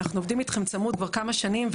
אנחנו עובדים אתכם צמוד כבר כמה שנים,